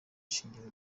shingiro